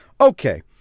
Okay